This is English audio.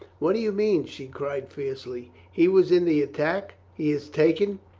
what do you mean? she cried fiercely. he was in the attack? he is taken?